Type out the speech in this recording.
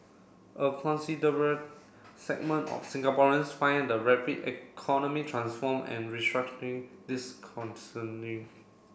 a considerable segment of Singaporeans find the rapid economic transform and restructuring disconcerting